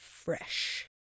fresh